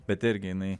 bet irgi jinai